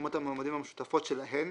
ברשימות המועמדים המשותפות שלהן